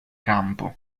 campo